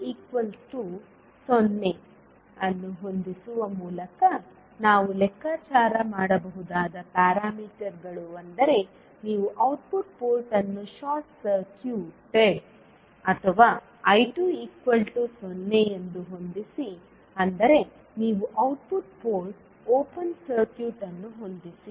V20 ಅನ್ನು ಹೊಂದಿಸುವ ಮೂಲಕ ನಾವು ಲೆಕ್ಕಾಚಾರ ಮಾಡಬಹುದಾದ ಪ್ಯಾರಾಮೀಟರ್ಗಳು ಅಂದರೆ ನೀವು ಔಟ್ಪುಟ್ ಪೋರ್ಟ್ ಅನ್ನು ಶಾರ್ಟ್ ಸರ್ಕ್ಯೂಟೆಡ್ ಅಥವಾ I20 ಎಂದು ಹೊಂದಿಸಿ ಅಂದರೆ ನೀವು ಔಟ್ಪುಟ್ ಪೋರ್ಟ್ ಓಪನ್ ಸರ್ಕ್ಯೂಟ್ ಅನ್ನು ಹೊಂದಿಸಿ